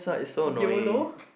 Yolo